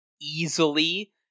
easily